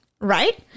right